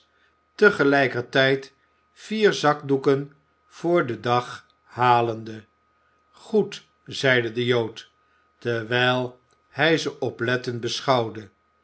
tijd vier zakdoeken voor den dag halende goed zeide de jood terwijl hij ze oplettend beschouwde